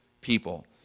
people